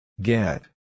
Get